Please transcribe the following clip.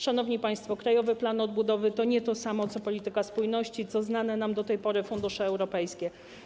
Szanowni państwo, Krajowy Plan Odbudowy to nie to samo, co polityka spójności, co znane nam do tej pory fundusze europejskie.